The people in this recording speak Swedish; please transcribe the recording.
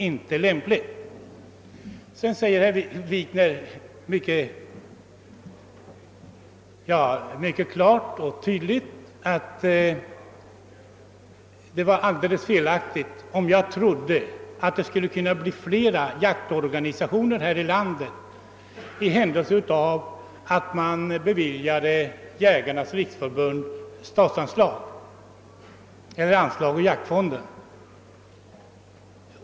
Herr Wikner framhöll mycket klart och tydligt, att jag hade alldeles fel om jag trodde att det skulle kunna bli flera jaktorganisationer här i landet ifall Jägarnas riksförbund beviljades statsanslag eller anslag ur jaktfonden.